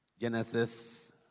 Genesis